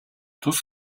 тус